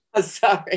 Sorry